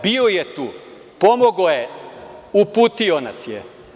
Bio je tu, pomogao je, uputio nas je.